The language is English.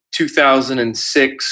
2006